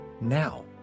now